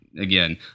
again